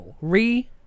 Re